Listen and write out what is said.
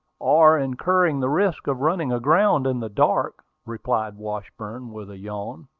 or incurring the risk of running aground in the dark, replied washburn with a yawn.